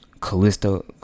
Callisto